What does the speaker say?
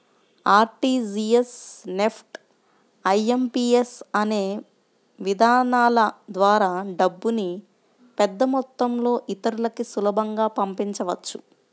RTGS, NEFT, IMPS అనే విధానాల ద్వారా డబ్బుని పెద్దమొత్తంలో ఇతరులకి సులభంగా పంపించవచ్చు